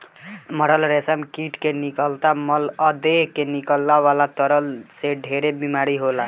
मरल रेशम कीट से निकलत मल आ देह से निकले वाला तरल से ढेरे बीमारी होला